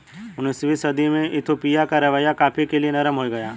उन्नीसवीं सदी में इथोपिया का रवैया कॉफ़ी के लिए नरम हो गया